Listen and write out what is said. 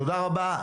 תודה רבה.